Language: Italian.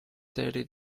terre